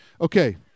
Okay